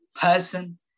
person